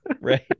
right